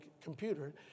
computer